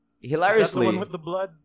hilariously